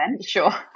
Sure